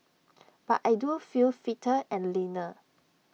but I do feel fitter and leaner